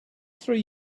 three